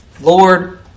Lord